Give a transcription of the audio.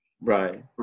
Right